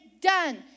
done